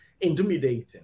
intimidating